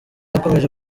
yakomeje